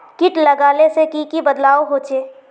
किट लगाले से की की बदलाव होचए?